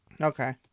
Okay